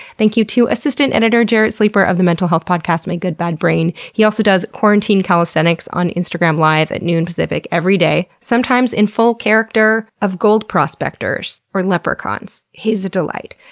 thank you to assistant editor jarrett sleeper, of the mental health podcast my good bad brain, he also does quarantine calisthenics on instagram live at noon pacific every day, sometimes in full character of gold prospectors or leprechauns. he's a delight.